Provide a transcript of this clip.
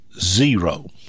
zero